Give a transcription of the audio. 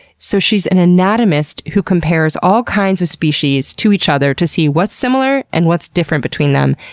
so, she's an anatomist who compares all kinds of species to each other to see what's similar and what's different between them,